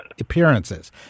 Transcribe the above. appearances